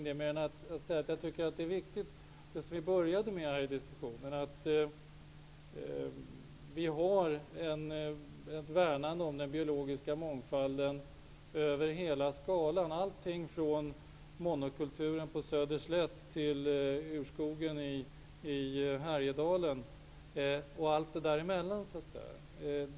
Det är viktigt att påpeka det som vi började denna diskussion med, att det finns ett värnande om den biologiska mångfalden över hela skalan, allt ifrån monokulturen på Söderslätt till urskogen i Härjedalen och allt däremellan.